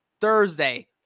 Thursday